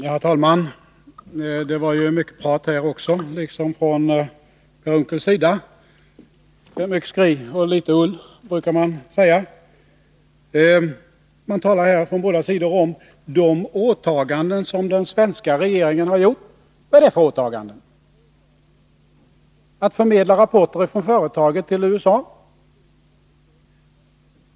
Herr talman! Det var mycket prat här också, liksom från Per Unckels sida. Mycket väsen och litet ull, brukar man säga. Från båda sidor talas här om de åtaganden som den svenska regeringen har gjort. Vad är det för åtaganden? Är det att förmedla rapporter från företaget till USA?